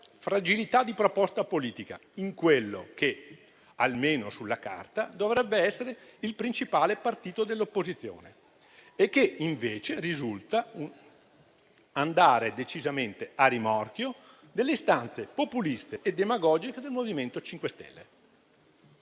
fragilità della proposta politica di quello che, almeno sulla carta, dovrebbe essere il principale partito dell'opposizione e che invece risulta andare decisamente a rimorchio delle istanze populiste e demagogiche del MoVimento 5 Stelle.